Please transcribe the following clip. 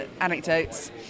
anecdotes